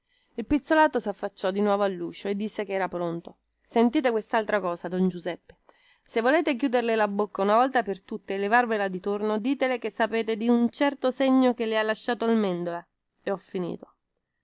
il pizzolato saffacciò di nuovo alluscio e disse che era pronto sentite questaltra cosa don giuseppe se volete chiuderle la bocca una volta per tutte e levarvela di torno ditele che sapete di una certa voglia che ci ha sotto lascella e ho finito